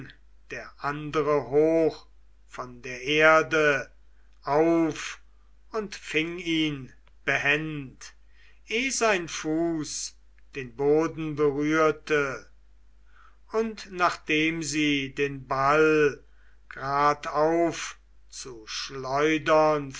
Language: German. der andere hoch von der erde auf und fing ihn behend eh sein fuß den boden berührte und nachdem sie den ball gradauf zu schleudern